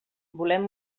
volem